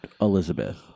Elizabeth